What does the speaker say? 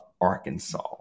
arkansas